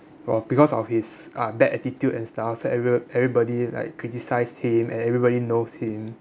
well because of his uh bad attitude and styles so everbo~ everybody like criticised him and everybody knows him